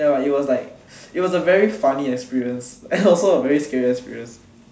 K lah but it was like it was a very funny experience and also a very scary experience